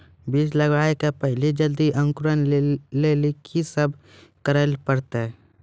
बीज लगावे के पहिले जल्दी अंकुरण लेली की सब करे ले परतै?